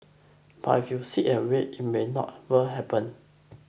but if you sit and wait it may not were happen